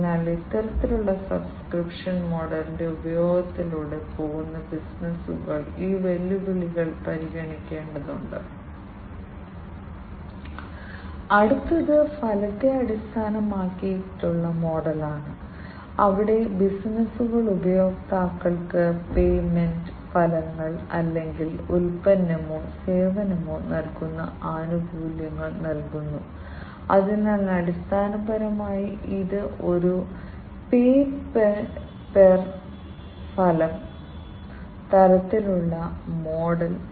central പ്രോസസറും മെമ്മറിയും അടങ്ങുന്ന സിപിയു മൊഡ്യൂൾ തുടർന്ന് നിങ്ങൾക്ക് പവർ സപ്ലൈ മൊഡ്യൂൾ ഉണ്ട് പേര് എല്ലാം പറയുന്നു ഇത് മുഴുവൻ സർക്യൂട്ടറിക്കും വൈദ്യുതി നൽകുന്നു കൂടാതെ സെൻസറുകളെയും ആക്യുവേറ്ററുകളെയും അടിസ്ഥാനപരമായി ബന്ധിപ്പിക്കുന്ന ഇൻപുട്ട് ഔട്ട്പുട്ട് മൊഡ്യൂൾ